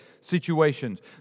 situations